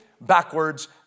backwards